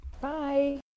bye